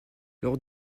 lors